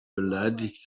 beleidigt